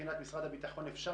מבחינת משרד הביטחון,